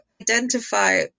identify